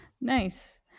nice